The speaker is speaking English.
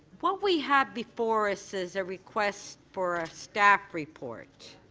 what we have before us is a request for a staff report.